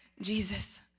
jesus